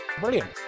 Brilliant